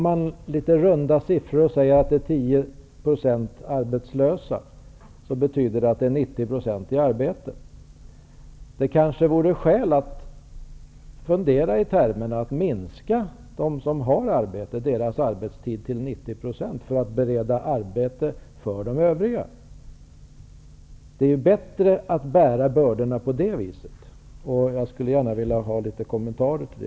I litet runda tal är 10 % arbetslösa, vilket betyder 90 % människor i arbete. Det vore kanske skäl att fundera i termer som att minska arbetstiden för dem som redan har arbete, för att bereda arbete för nu arbetslösa. Det borde vara bättre att bära bördorna på det viset. Jag skulle gärna vilja få några kommentarer därtill.